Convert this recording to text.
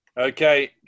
okay